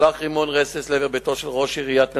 הושלך רימון רסס לעבר ביתו של ראש עיריית נצרת,